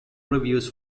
reviews